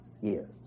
years